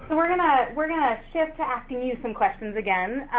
we're gonna we're gonna shift to asking you some questions again,